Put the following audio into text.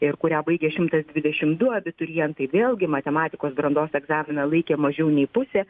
ir kurią baigė šimtas dvidešimt du abiturientai vėlgi matematikos brandos egzaminą laikė mažiau nei pusė